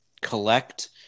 collect